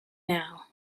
now